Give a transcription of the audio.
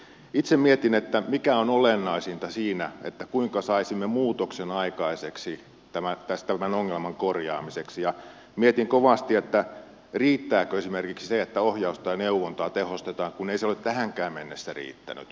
itse mietin mikä on olennaisinta siinä kuinka saisimme muutoksen aikaiseksi tämän ongelman korjaamiseksi ja mietin kovasti riittääkö esimerkiksi se että ohjausta ja neuvontaa tehostetaan kun ei se ole tähänkään mennessä riittänyt